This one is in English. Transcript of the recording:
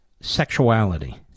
sexuality